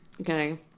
okay